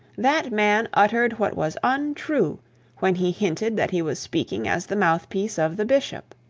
that man uttered what was untrue when he hinted that he was speaking as the mouthpiece of the bishop.